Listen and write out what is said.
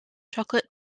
chocolate